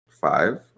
five